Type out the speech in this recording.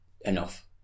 enough